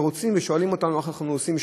ורוצים ושואלים אותנו איך אנחנו עושים,